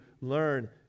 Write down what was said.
learn